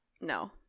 No